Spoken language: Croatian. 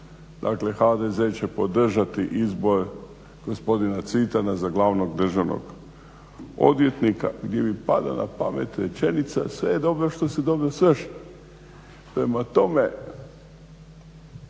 Dakle, HDZ će podržati izbor gospodina Cvitana za glavnog državnog odvjetnika gdje mi pada na pamet rečenica sve je dobro što se dobro svrši. Prema tome,